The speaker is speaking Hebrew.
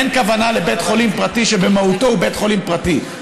אין הכוונה לבית חולים פרטי שבמהותו הוא בית חולים פרטי.